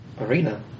Arena